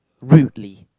rudely